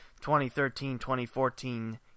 2013-2014